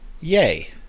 Yay